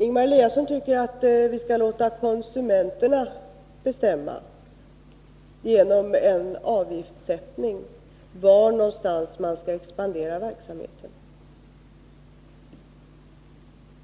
Ingemar Eliasson tycker att vi genom en avgiftssättning skall låta konsumenterna bestämma var någonstans man skall expandera verksamheten.